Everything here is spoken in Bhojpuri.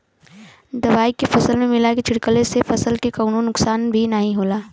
दवाई के पानी में मिला के छिड़कले से फसल के कवनो नुकसान भी नाहीं होला